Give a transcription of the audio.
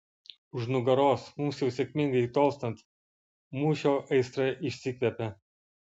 už nugaros mums jau sėkmingai tolstant mūšio aistra išsikvepia